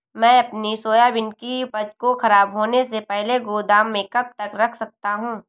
मैं अपनी सोयाबीन की उपज को ख़राब होने से पहले गोदाम में कब तक रख सकता हूँ?